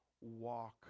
walk